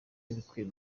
ibikwiye